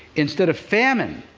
instead of famine,